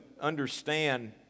understand